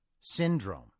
syndrome